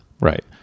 Right